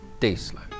Tesla